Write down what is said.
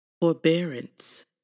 Forbearance